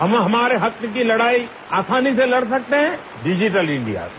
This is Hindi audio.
हम हमारे हक की लड़ाई आसानी से लड़ सकते हैं डिजिटल इंडिया से